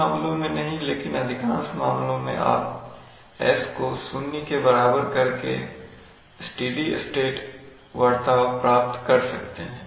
सभी मामलों में नहीं लेकिन अधिकांश मामलों में आप s को 0 के बराबर करके स्टेडी स्टेट बर्ताव प्राप्त कर सकते हैं